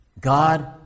God